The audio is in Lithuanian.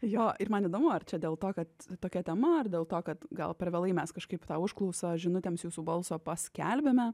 jo ir man įdomu ar čia dėl to kad tokia tema ar dėl to kad gal per vėlai mes kažkaip tą užklausą žinutėms jūsų balso paskelbėme